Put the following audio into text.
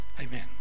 Amen